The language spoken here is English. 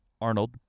Arnold